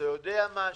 אתה יודע משהו?